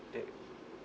that